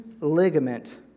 ligament